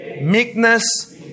meekness